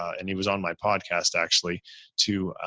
and he was on my podcast, actually two,